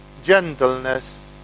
gentleness